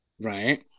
Right